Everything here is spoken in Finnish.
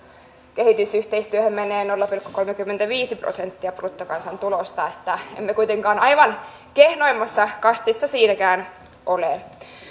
kehitysyhteistyöhön menee nolla pilkku kolmekymmentäviisi prosenttia bruttokansantulosta niin että emme kuitenkaan aivan kehnoimmassa kastissa siinäkään ole